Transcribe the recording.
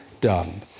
done